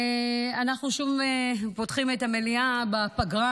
אנחנו שוב פותחים את המליאה בפגרה.